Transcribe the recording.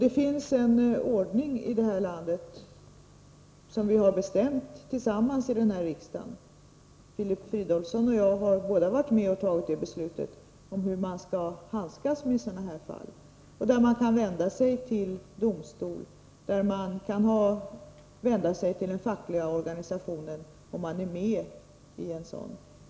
Det finns en ordning i det här landet, som vi har bestämt tillsammans i den här riksdagen — Filip Fridolfsson och jag har båda varit med om att fatta detta beslut — om hur man skall handskas med sådana fall. Detta innebär att man kan vända sig till domstol och till en facklig organisation om man är med i en sådan.